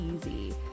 easy